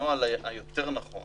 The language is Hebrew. הנוהל היותר נכון